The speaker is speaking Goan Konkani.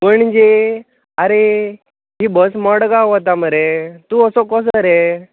पणजे आरे ही बस मडगांव वता मरे तूं असो कसो रे